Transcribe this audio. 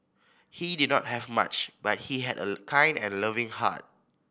he did not have much but he had a kind and loving heart